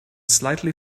slightly